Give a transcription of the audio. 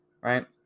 Right